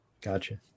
gotcha